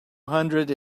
hundred